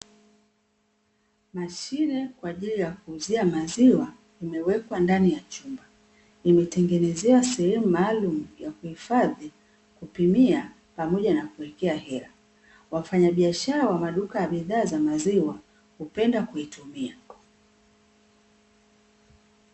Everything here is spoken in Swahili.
Mashine kwaajili ya kuuzia maziwa imewekwa ndani ya chumba imetengenesewa sehemu maalum kwaajili ya kuhifadhi, kupimia na kuwekea hela .Wafanya biashara wa maduka ya bidhaa za maziwa hupenda kuitumia.